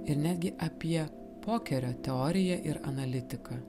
ir netgi apie pokerio teorija ir analitiką